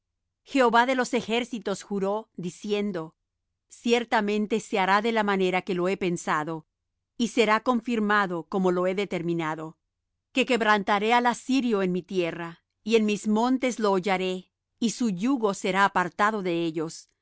jehová de los ejércitos juró diciendo ciertamente se hará de la manera que lo he pensado y será confirmado como lo he determinado que quebrantaré al asirio en mi tierra y en mis montes lo hollaré y su yugo será apartado de ellos